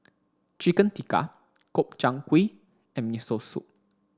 Chicken Tikka Gobchang Gui and Miso Soup